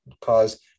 cause